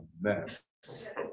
mess